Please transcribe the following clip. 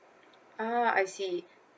ah I see